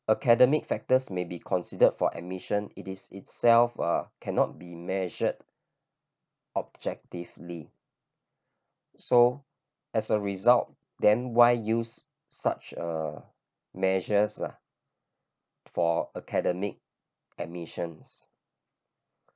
academic factors may be considered for admission it is itself uh cannot be measured objectively so as a result then why use such a measures for academic admissions